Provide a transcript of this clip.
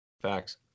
Facts